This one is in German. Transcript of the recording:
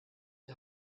die